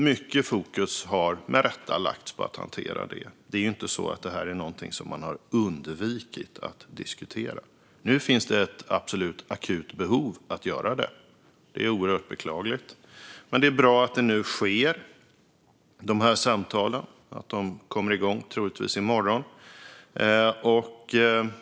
Mycket fokus har med rätta lagts på att hantera det. Det är alltså inte så att det här är någonting som man har undvikit att diskutera. Nu finns det ett absolut akut behov av att göra det, vilket är oerhört beklagligt. Men det är bra att det nu sker. De här samtalen kommer troligtvis igång i morgon.